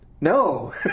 no